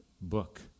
book